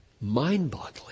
mind-boggling